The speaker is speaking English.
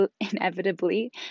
inevitably